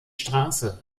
straße